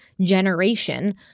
generation